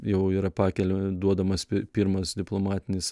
jau yra pakelia duodamas pirmas diplomatinis